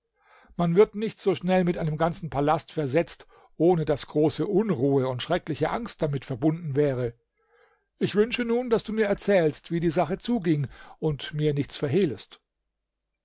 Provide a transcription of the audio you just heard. man wird nicht so schnell mit einem ganzen palast versetzt ohne daß große unruhe und schreckliche angst damit verbunden wäre ich wünsche nun daß du mir erzählst wie die sache zuging und mir nichts verhehlest